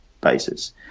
basis